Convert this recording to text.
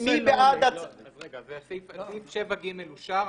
סעיף 7ג אושר.